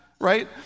right